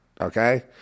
okay